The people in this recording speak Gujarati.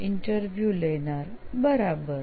ઈન્ટરવ્યુ લેનાર બરાબર